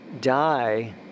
die